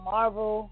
Marvel